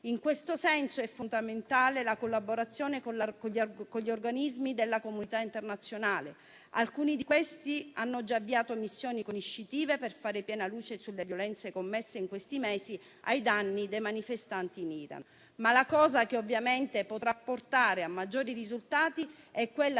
In questo senso, è fondamentale la collaborazione con gli organismi della comunità internazionale, alcuni dei quali hanno già avviato missioni conoscitive per fare piena luce sulle violenze commesse in questi mesi ai danni dei manifestanti in Iran. Ciò che tuttavia potrà portare a maggiori risultati - lo